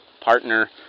partner